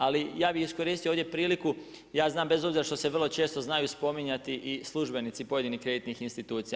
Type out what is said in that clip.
Ali ja bih iskoristio ovdje priliku, ja znam bez obzira što se vrlo često znaju spominjati i službenici pojedinih kreditnih institucija.